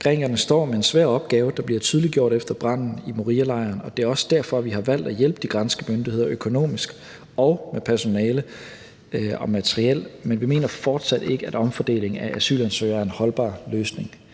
Grækerne står med en svær opgave, hvilket bliver tydeliggjort efter branden i Morialejren, og det er også derfor, at vi har valgt at hjælpe de græske myndigheder økonomisk og med personale og materiel. Men vi mener fortsat ikke, at omfordeling af asylansøgere er en holdbar løsning.